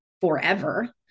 forever